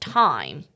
time